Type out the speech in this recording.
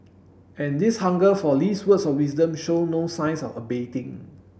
and this hunger for Lee's words of wisdom show no signs of abating